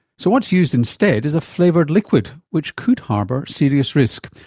so what's used instead is a flavoured liquid, which could harbour serious risk.